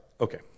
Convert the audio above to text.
okay